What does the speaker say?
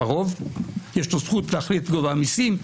לרוב יש זכות להחליט על גובה המיסים,